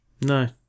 No